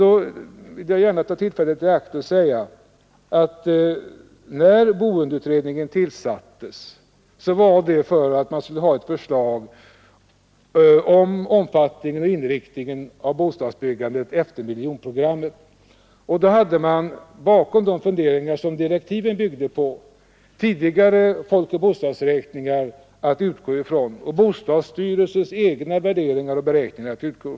Då vill jag gärna ta tillfället i akt och säga, att när boendeutredningen tillsattes var syftet att man skulle få ett förslag rörande omfattningen och inriktningen av bostadsbyggandet efter miljonprogrammets genomförande. Bakom de funderingar som direktiven byggde på låg tidigare folkoch bostadsräkningar samt bostadsstyrelsens egna värderingar och beräkningar.